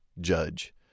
judge